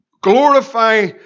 Glorify